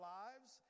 lives